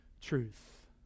truth